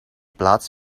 plaats